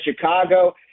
Chicago